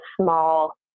small